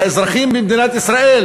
את האזרחים במדינת ישראל